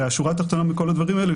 והשורה התחתונה מכל הדברים האלה היא